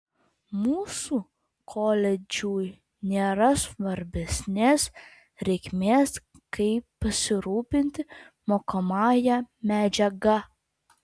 mūsų koledžui nėra svarbesnės reikmės kaip pasirūpinti mokomąja medžiaga